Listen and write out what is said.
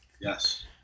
Yes